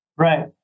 Right